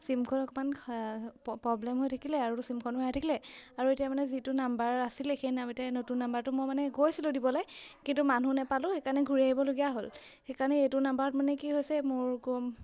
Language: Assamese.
চিমখন অকণমান প্ৰব্লেম হৈ থাকিলে আৰু চিমখন হৈ থাকিলে আৰু এতিয়া মানে যিটো নাম্বাৰ আছিলে সেই নাম্বাৰ এতিয়া নতুন নাম্বাৰটো মই মানে গৈছিলোঁ দিবলৈ কিন্তু মানুহ নাপালোঁ সেইকাৰণে ঘূৰি আহিবলগীয়া হ'ল সেইকাৰণে এইটো নাম্বাৰত মানে কি হৈছে মোৰ